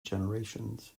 generations